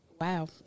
Wow